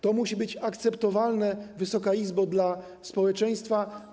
To musi być akceptowalne, Wysoka Izbo, dla społeczeństwa.